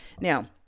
now